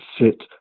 sit